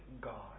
God